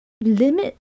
limit